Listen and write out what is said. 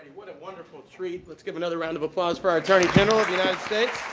what a wonderful treat. let's give another round of applause for our attorney general of the united states.